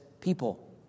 people